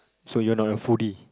so you are not a foodie